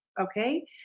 okay